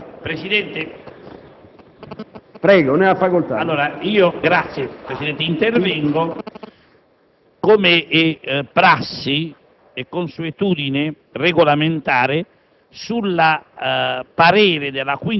Presidente, intervengo, come è prassi e consuetudine regolamentare,